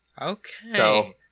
Okay